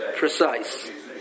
precise